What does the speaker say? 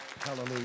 Hallelujah